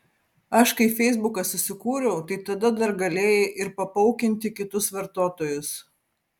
aš kai feisbuką susikūriau tai tada dar galėjai ir papaukinti kitus vartotojus